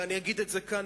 ואני אגיד את זה כאן,